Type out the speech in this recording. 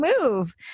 move